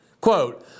Quote